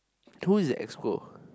who is the exco